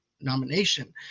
nomination